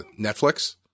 Netflix